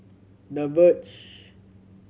The Verge